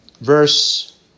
Verse